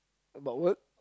about work